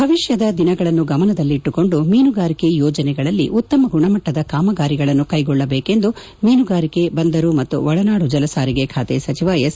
ಭವಿಷ್ಣದ ದಿನಗಳನ್ನು ಗಮನದಲ್ಲಿಟ್ಟುಕೊಂಡು ಮೀನುಗಾರಿಕೆಯ ಯೋಜನೆಗಳಲ್ಲಿ ಉತ್ತಮ ಗುಣಮಟ್ಟದ ಕಾಮಗಾರಿಗಳನ್ನು ಕೈಗೊಳ್ಳಬೇಕು ಎಂದು ಮೀನುಗಾರಿಕೆ ಬಂದರು ಮತ್ತು ಒಳನಾಡು ಜಲಸಾರಿಗೆ ಖಾತೆ ಸಚಿವ ಎಸ್